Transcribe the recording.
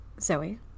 Zoe